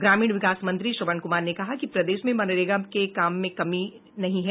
ग्रामीण विकास मंत्री श्रवण कुमार ने कहा कि प्रदेश में मनरेगा में काम की कमी नहीं है